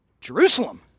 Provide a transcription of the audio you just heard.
Jerusalem